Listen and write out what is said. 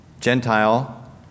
Gentile